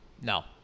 No